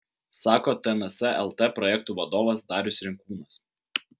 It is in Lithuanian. sako tns lt projektų vadovas darius rinkūnas